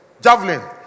javelin